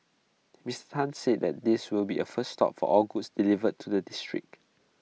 Mister Tan said that this will be A first stop for all goods delivered to the district